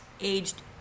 aged